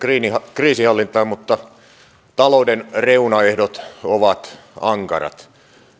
kriisinhallintaan mutta talouden reunaehdot ovat ankarat